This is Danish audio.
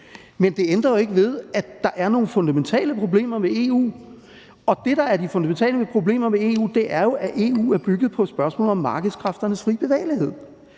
Men det ændrer ikke ved, at der er nogle fundamentale problemer ved EU, og det, der er de fundamentale problemer ved EU, er jo, at EU er bygget på et spørgsmål om markedskræfternes fri bevægelighed.